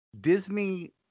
Disney